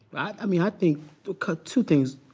i mean i think two two things,